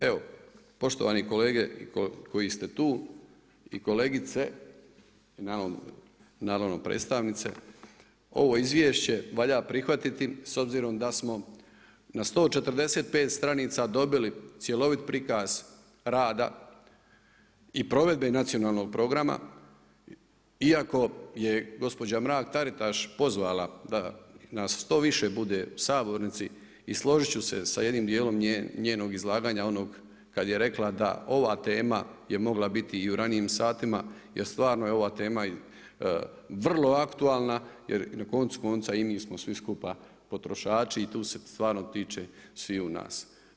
Evo poštovani kolege koji ste tu, i kolegice i naravno predstavnice, ovo izvješće valja prihvatiti s obzirom da smo na 145 stranica dobili cjelovit prikaz rada i provedbe nacionalnog programa iako je gospođa Mrak-Taritaš pozvala da nas što više bude u sabornici i složit ću se sa jednim djelom njenog izlaganja ono kad je rekla da ova tema je mogla biti i u ranijim satima jer stvarno je ova tema vrlo aktualna jer i na koncu konca i mi smo svi skupa potrošači i tu se stvarno tiče sviju nas.